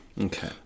Okay